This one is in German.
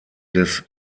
des